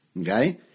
okay